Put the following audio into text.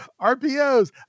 RPOs